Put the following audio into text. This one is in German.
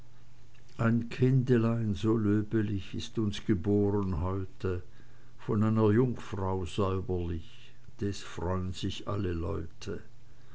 ein kindelein so löbelich ist uns geboren heute von einer jungfrau säuberlich des freun sich alle leute